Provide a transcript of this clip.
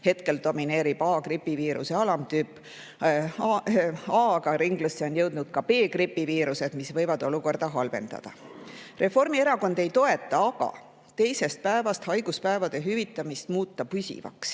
Hetkel domineerib gripiviiruse alamtüüp A, aga ringlusse on jõudnud ka B-gripiviirused, mis võivad olukorda halvendada. Reformierakond ei toeta aga teisest päevast haiguspäevade hüvitamise muutmist püsivaks.